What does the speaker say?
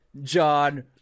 John